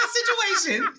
situation